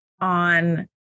on